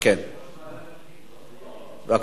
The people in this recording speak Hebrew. אנחנו עוברים להצעת החוק הבאה: הצעת חוק